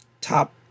top